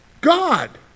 God